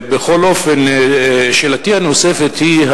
בכל אופן, שאלתי הנוספת היא: